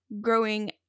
growing